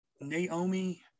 naomi